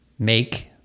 Make